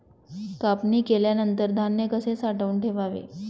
कापणी केल्यानंतर धान्य कसे साठवून ठेवावे?